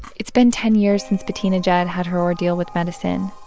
it's been ten years since bettina judd had her ordeal with medicine.